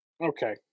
Okay